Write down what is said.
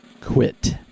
quit